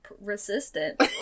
Resistant